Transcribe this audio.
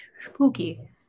spooky